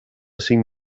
cinc